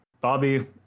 Bobby